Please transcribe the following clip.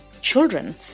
children